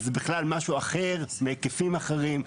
זה בכלל משהו אחר, בהיקפים אחרים.